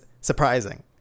surprising